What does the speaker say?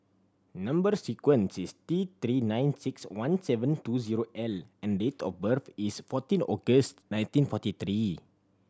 number sequence is T Three nine six one seven two zero L and date of birth is fourteen August nineteen forty three